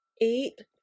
Eight